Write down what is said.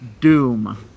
Doom